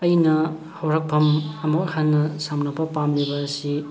ꯑꯩꯅ ꯍꯧꯔꯛꯐꯝ ꯑꯃꯨꯛ ꯍꯟꯅ ꯁꯝꯅꯕ ꯄꯥꯝꯂꯤꯕ ꯑꯁꯤ